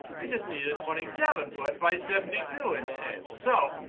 we just needed a twenty seven foot by seventy two inch table. so,